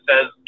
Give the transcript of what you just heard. says